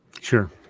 Sure